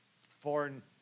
foreign